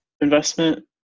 investment